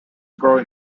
growing